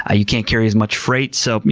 ah you can't carry as much freight. so,